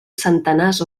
centenars